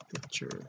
picture